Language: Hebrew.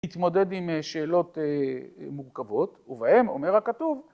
התמודד עם שאלות מורכבות, ובהן, אומר הכתוב,